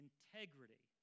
integrity